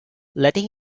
letting